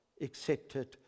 accepted